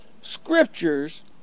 scriptures